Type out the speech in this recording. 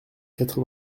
quatre